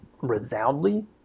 resoundly